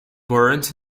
burnt